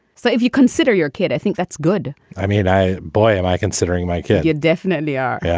so if you consider your kid, i think that's good i mean, i. boy, am i considering my kid. yeah, definitely are. yeah